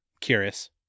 Curious